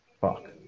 fuck